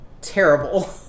terrible